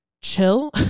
chill